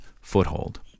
foothold